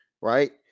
right